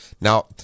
now